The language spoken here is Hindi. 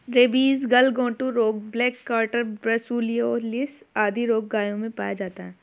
रेबीज, गलघोंटू रोग, ब्लैक कार्टर, ब्रुसिलओलिस आदि रोग गायों में पाया जाता है